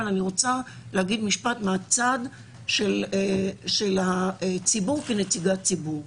אבל אני רוצה להגיד משפט מהצד של הציבור כנציגת ציבור.